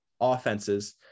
offenses